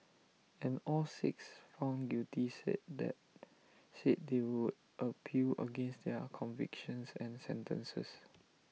and all six found guilty said that said they would appeal against their convictions and sentences